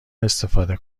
استفاده